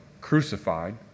crucified